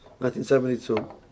1972